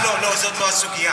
לא, אבל לא זו הסוגיה.